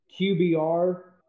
QBR